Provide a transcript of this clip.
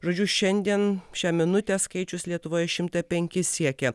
žodžiu šiandien šią minutę skaičius lietuvoje šimtą penkis siekia